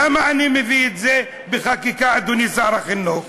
למה אני מביא את זה בחקיקה, אדוני שר החינוך?